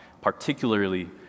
particularly